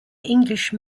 english